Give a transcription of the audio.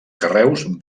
carreus